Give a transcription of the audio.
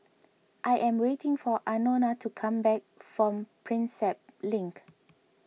I am waiting for Anona to come back from Prinsep Link